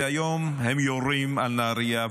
והיום הם יורים על נהריה,